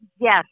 yes